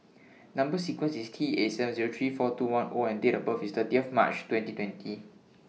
Number sequence IS T three four two one O and Date of birth IS thirty March twenty twenty